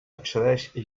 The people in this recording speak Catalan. excedeix